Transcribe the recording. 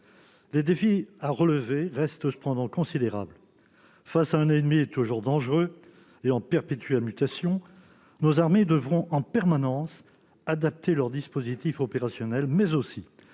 Les défis à relever restent cependant considérables. Face à un ennemi toujours dangereux et en perpétuelle mutation, nos armées devront en permanence adapter leur dispositif opérationnel, mais aussi